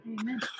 amen